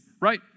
Right